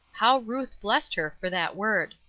how ruth blessed her for that word!